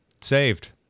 saved